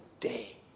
day